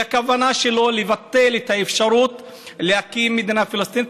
כשהכוונה שלו היא לבטל את האפשרות להקים מדינה פלסטינית,